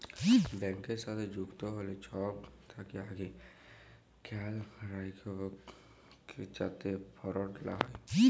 ব্যাংকের সাথে যুক্ত হ্যলে ছব থ্যাকে আগে খেয়াল রাইখবেক যাতে ফরড লা হ্যয়